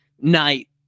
night